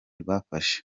rwafashe